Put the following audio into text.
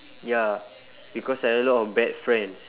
ya because I had a lot of bad friends